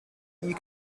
you